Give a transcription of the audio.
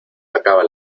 acaba